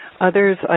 Others